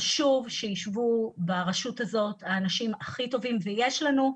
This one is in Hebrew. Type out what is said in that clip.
חשוב שישבו ברשות הזאת האנשים הכי טובים ויש לנו,